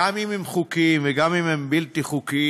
גם אם הם חוקיים וגם אם הם בלתי חוקיים,